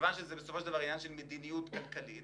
מכיוון שמדובר